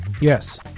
Yes